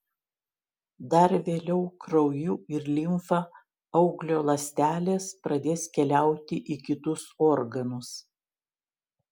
dar vėliau krauju ir limfa auglio ląstelės pradės keliauti į kitus organus